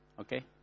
okay